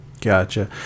Gotcha